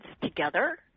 together